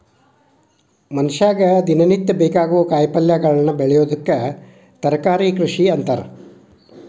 ಮನಷ್ಯಾಗ ದಿನನಿತ್ಯ ಬೇಕಾಗೋ ಕಾಯಿಪಲ್ಯಗಳನ್ನ ಬೆಳಿಯೋದಕ್ಕ ತರಕಾರಿ ಕೃಷಿ ಅಂತಾರ